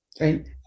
right